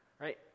Right